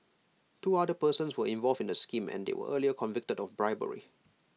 two other persons were involved in the scheme and they were earlier convicted of bribery